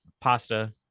Pasta